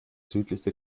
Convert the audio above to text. südlichste